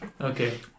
Okay